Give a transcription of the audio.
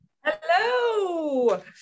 hello